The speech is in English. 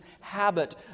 habit